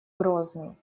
грозный